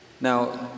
Now